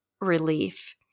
relief